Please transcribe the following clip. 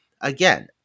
again